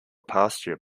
pasture